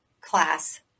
class